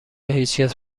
هیچکس